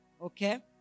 Okay